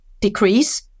decrease